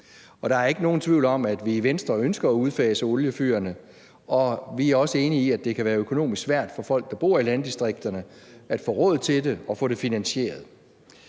Der er ikke nogen tvivl om, at vi i Venstre ønsker at udfase oliefyrene, og vi er også enige i, at det kan være økonomisk svært for folk, der bor i landdistrikterne, at få råd til det og få det finansieret.